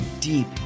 deep